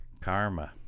karma